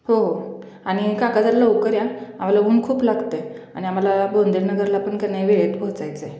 हो हो आणि काका जरा लवकर या आम्हाला ऊन खूप लागत आहे आणि आम्हाला बोनधेनगरला पण का नाही वेळेत पोचायचं आहे